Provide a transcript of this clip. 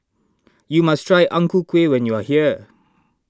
you must try Ang Ku Kueh when you are here